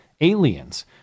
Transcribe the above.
aliens